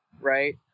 right